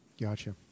gotcha